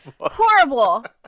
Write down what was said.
horrible